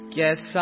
Guess